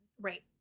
right